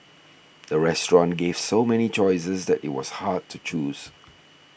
the restaurant gave so many choices that it was hard to choose